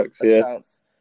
accounts